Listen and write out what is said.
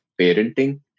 parenting